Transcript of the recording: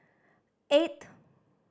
eight